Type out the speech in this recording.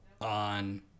on